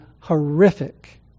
horrific